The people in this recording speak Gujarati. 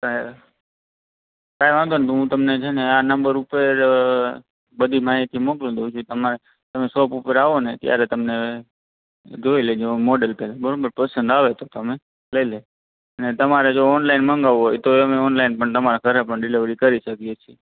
કાંઈ કાંઈ વાંધો નહીં તો હું તમને છે ને આ નંબર ઉપર અ બધી માહિતી મોકલુ દઉં છું તમારે તમે સોપ ઉપર આવો ને ત્યારે તમને જોઇ લેજો મોડલ પહેલાં પસંદ આવે તો તમે લઇ લેજો અને તમારે જો ઓનલાઇન મગાવવું હોય તો એ અમે ઓનલાઇન પણ તમારા ઘરે પણ ડિલેવરી કરી શકીએ છે